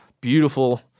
beautiful